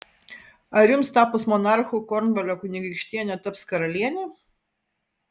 ar jums tapus monarchu kornvalio kunigaikštienė taps karaliene